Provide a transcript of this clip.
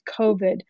COVID